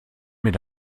mit